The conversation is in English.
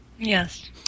Yes